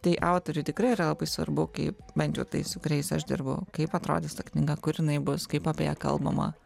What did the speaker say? tai autoriui tikrai yra labai svarbu kaip bent jau tais su kuriais aš dirbu kaip atrodys ta knyga kur jinai bus kaip apie ją kalbama